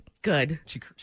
Good